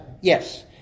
Yes